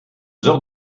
heures